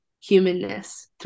humanness